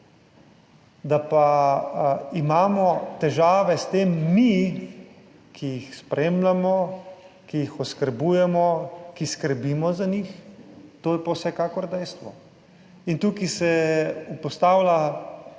Da pa imamo težave s tem mi, ki jih spremljamo, ki jih oskrbujemo, ki skrbimo za njih, to je pa vsekakor dejstvo. In tukaj se postavlja